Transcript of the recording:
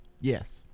Yes